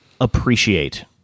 appreciate